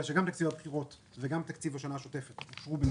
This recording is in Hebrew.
בגלל שגם תקציב הבחירות וגם תקציב השנה השוטפת יאושרו בנפרד,